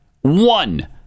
one